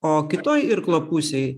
o kitoj irklo pusėj